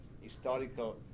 historical